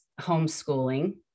homeschooling